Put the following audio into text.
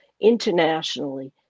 internationally